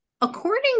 According